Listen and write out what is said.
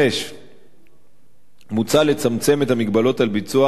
5. מוצע לצמצם את ההגבלות על ביצוע